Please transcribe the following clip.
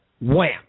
Wham